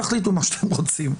תחליטו מה שאתם רוצים.